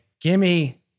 Gimme